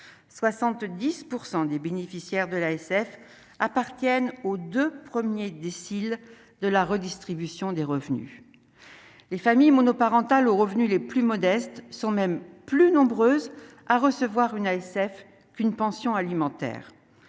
70 % des bénéficiaires de l'ASF appartiennent aux 2 premiers déciles de la redistribution des revenus, les familles monoparentales, aux revenus les plus modestes sont même plus nombreuses à recevoir une ASF qu'une pension alimentaire